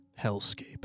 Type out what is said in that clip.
hellscape